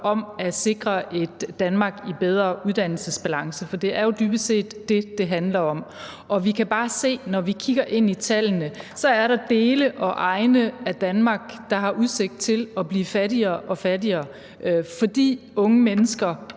om at sikre et Danmark i bedre uddannelsesbalance, for det er dybest set det, det handler om. Vi kan bare se, at når vi kigger ind i tallene, er der dele og egne af Danmark, der har udsigt til at blive fattigere og fattigere, fordi unge mennesker